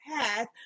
path